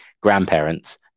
grandparents